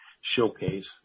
showcase